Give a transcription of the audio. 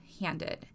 handed